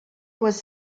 was